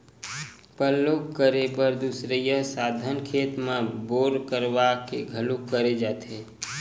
पल्लो करे बर दुसरइया साधन खेत म बोर करवा के घलोक करे जाथे